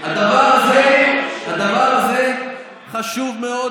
הדבר הזה חשוב מאוד,